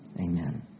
Amen